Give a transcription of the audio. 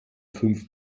fünf